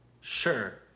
Sure